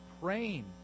praying